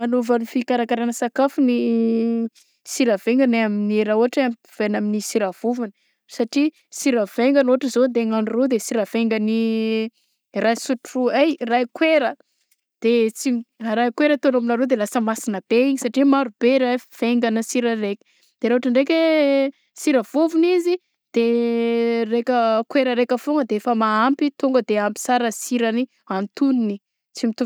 Magnova ny fikarakaragna sakafo ny sira vaingany amin'ny raha ôhatra hoe ampitoviagna amy sira vovony satria sira vaingany ôhatra andeha anao ro de sira vaingany ray sotro, ay ray koera, de tsy mra- ray koera ataonao aminà ro de lasa masina be izy satria marobe ra vaingagna sira raiky de ra ôhatra ndraiky hoe sira vovony izy de raika koera raika foagna de efa mahampy tonga de ampy sara sirany antonony tsy mitovy.